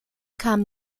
kam